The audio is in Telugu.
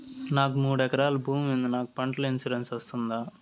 నాకు మూడు ఎకరాలు భూమి ఉంది నాకు పంటల ఇన్సూరెన్సు వస్తుందా?